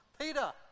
Peter